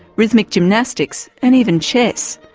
rhythmic gymnastics and even chess.